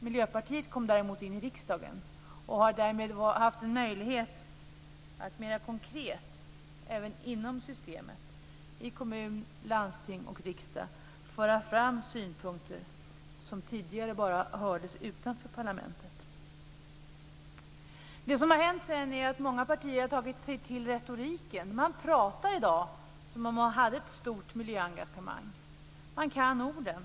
Miljöpartiet kom däremot in i riksdagen och har därmed haft möjlighet att mer konkret, även inom systemet - i kommuner, landsting och riksdag - föra fram synpunkter som tidigare bara hördes utanför parlamentet. Vad som hänt därefter är att många partier har tagit till sig retoriken. I dag pratar man som om man hade ett stort miljöengagemang - man kan orden.